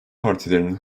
partilerin